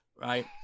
Right